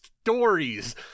stories